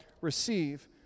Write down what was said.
receive